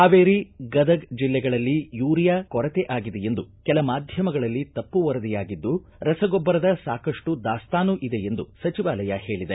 ಹಾವೇರಿ ಗದಗ ಜಿಲ್ಲೆಗಳಲ್ಲಿ ಯೂರಿಯೂ ಕೊರತೆ ಆಗಿದೆಯೆಂದು ಕೆಲ ಮಾಧ್ಯಮಗಳಲ್ಲಿ ತಪ್ಪು ವರದಿಯಾಗಿದ್ದು ರಸಗೊಬ್ಬರದ ಸಾಕಪ್ಪು ದಾಸ್ತಾನು ಇದೆಯೆಂದು ಸಚಿವಾಲಯ ಹೇಳಿದೆ